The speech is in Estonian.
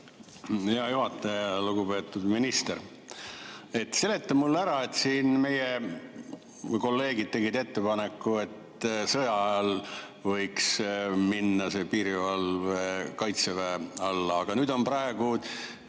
Hea juhataja! Lugupeetud minister! Seleta mulle ära. Siin meie kolleegid tegid ettepaneku, et sõjaajal võiks minna see piirivalve Kaitseväe alla, aga nüüd on praegu,